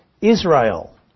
Israel